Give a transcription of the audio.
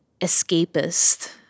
escapist